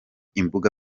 imbuga